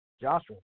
Joshua